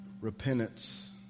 repentance